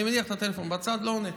אני מניח את הטלפון בצד, לא עונה,